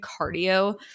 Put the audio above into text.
cardio